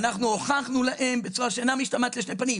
ואנחנו הוכחנו להם בצורה שאינה משתמעת לשני פנים,